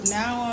now